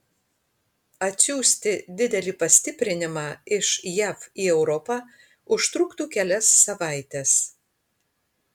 atsiųsti didelį pastiprinimą iš jav į europą užtruktų kelias savaites